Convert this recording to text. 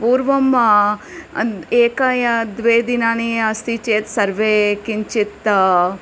पूर्वम् एक या द्वे द्विनानि अस्ति चेत् सर्वे किञ्चित्